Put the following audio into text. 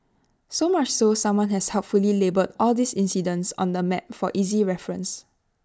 so much so someone has helpfully labelled all these incidents on A map for easy reference